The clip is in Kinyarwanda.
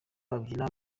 babyina